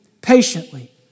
patiently